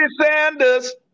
Sanders